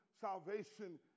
salvation